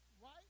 right